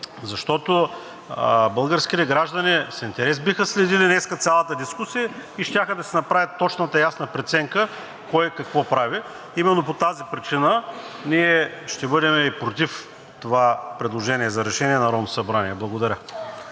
защото българските граждани с интерес биха следили днес цялата дискусия и щяха да си направят точната и ясна преценка кой какво прави. Именно по тази причина ние ще бъдем против това предложение за решение на Народното събрание. Благодаря.